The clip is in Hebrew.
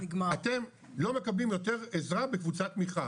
אתם לא מקבלים יותר עזרה בקבוצת תמיכה.